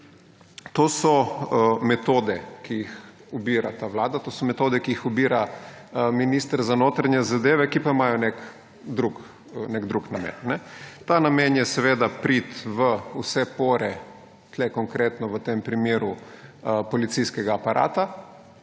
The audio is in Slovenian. To so metode, ki jih ubira ta vlada; to so metode, ki jih ubira minister za notranje zadeve, ki pa imajo nek drug namen. Ta namen je seveda priti v vse pore, tukaj konkretno v tem primeru, policijskega aparata,